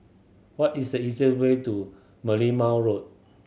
what is the easiest way to Merlimau Road